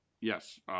Yes